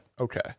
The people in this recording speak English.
okay